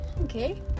Okay